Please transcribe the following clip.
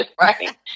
right